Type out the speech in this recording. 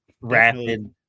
rapid